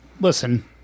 listen